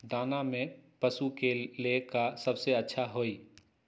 दाना में पशु के ले का सबसे अच्छा होई?